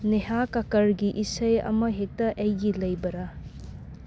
ꯅꯦꯍꯥ ꯀꯛꯀ꯭ꯔꯒꯤ ꯏꯁꯩ ꯑꯃꯍꯦꯛꯇ ꯑꯩꯒꯤ ꯂꯩꯕ꯭ꯔ